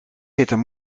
zitten